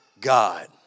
God